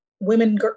women